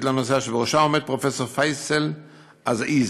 לנושא שבראשה עומד פרופסור פייסל עזאיזה,